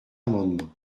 amendement